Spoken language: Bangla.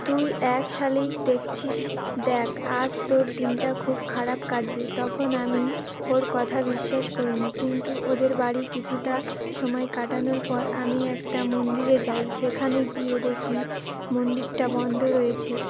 তুই এক শালিক দেখছিস দেখ আজ তোর দিনটা খুব খারাপ কাটবে তখন আমি ওর কথা বিশ্বাস করিনি কিন্তু ওদের বাড়ি কিছুটা সময় কাটানোর পর আমি একটা মন্দিরে যাই সেখানে গিয়ে দেখি মন্দিরটা বন্ধ রয়েছে